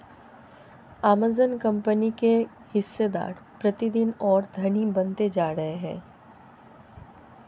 Amazon company के हिस्सेदार प्रतिदिन और धनी बनते जा रहे हैं